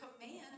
command